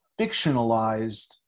fictionalized